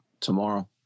tomorrow